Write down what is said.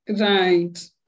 right